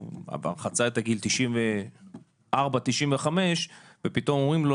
כבר חצה את גיל 95-94 ופתאום אומרים לו,